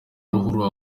ruhurura